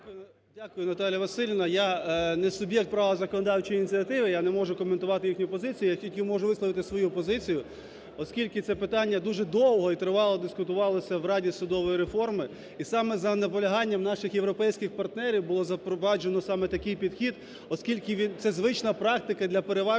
Дякую, Наталія Василівна. Я не суб'єкт права законодавчої ініціативи, я не можу коментувати їхню позицію, я тільки можу висловити свою позицію, оскільки це питання дуже довго і тривало дискутувалося в Раді судової реформи, і саме за наполяганням наших європейських партнерів було запроваджено саме такий підхід, оскільки це звична практика для переважної